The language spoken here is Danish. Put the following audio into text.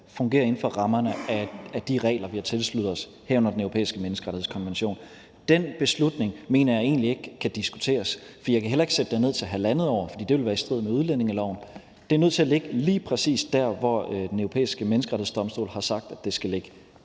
fungerer inden for rammerne af de regler, vi har tilsluttet os, herunder Den Europæiske Menneskerettighedskonvention. Den beslutning mener jeg egentlig ikke kan diskuteres; jeg kan heller ikke sætte det ned til 1½ år, for det ville være i strid med udlændingeloven. Det er nødt til at ligge lige præcis der, hvor Den Europæiske Menneskerettighedsdomstol har sagt det skal ligge.